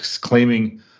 claiming